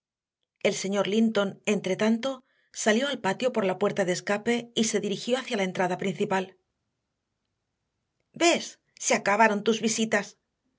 el señor linton entretanto salió al patio por la puerta de escape y se dirigió hacia la entrada principal ves se acabaron tus visitas